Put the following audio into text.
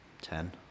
ten